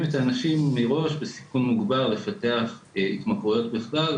את האנשים מראש בסיכון מוגבר לפתח התמכרויות בכלל,